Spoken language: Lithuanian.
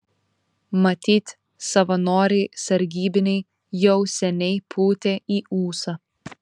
matyt savanoriai sargybiniai jau seniai pūtė į ūsą